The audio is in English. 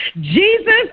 Jesus